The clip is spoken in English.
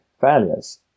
failures